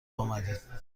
آمدید